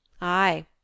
Aye